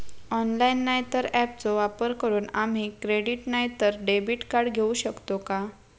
Online नाय तर ऍपचो वापर करून आम्ही क्रेडिट नाय तर डेबिट कार्ड घेऊ शकतो का?